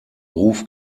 ruf